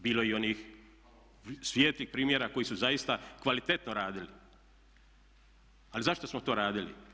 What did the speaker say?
Bilo je i onih svijetlih primjera koji su zaista kvalitetno radili, ali zašto smo to radili.